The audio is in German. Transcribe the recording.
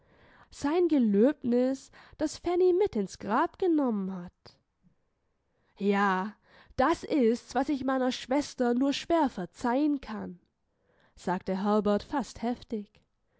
sein gelöbnis das fanny mit ins grab genommen hat ja das ist's was ich meiner schwester nur schwer verzeihen kann sagte herbert fast heftig